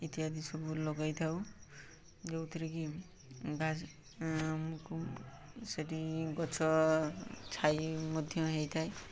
ଇତ୍ୟାଦି ସବୁ ଲଗାଇଥାଉ ଯେଉଁଥିରେ କି ସେଇଠି ଗଛ ଛାଇ ମଧ୍ୟ ହେଇଥାଏ